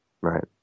Right